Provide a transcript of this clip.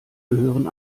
gehören